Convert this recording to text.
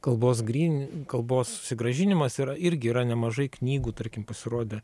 kalbos gryn kalbos susigrąžinimas yra irgi yra nemažai knygų tarkim pasirodę